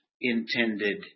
intended